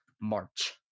march